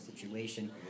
situation